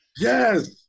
Yes